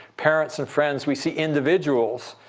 parents and friends, we see individuals